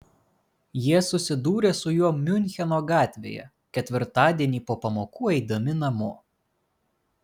jie susidūrė su juo miuncheno gatvėje ketvirtadienį po pamokų eidami namo